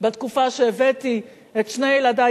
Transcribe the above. היה בתקופה שהבאתי את שני ילדי,